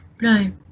Right